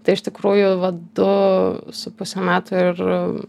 tai iš tikrųjų vat du su puse metų ir